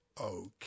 okay